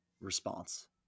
response